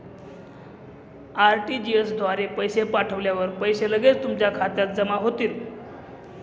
RTGS द्वारे पैसे पाठवल्यावर पैसे लगेच तुमच्या खात्यात जमा होतील